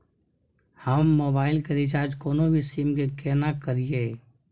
हम मोबाइल के रिचार्ज कोनो भी सीम के केना करिए?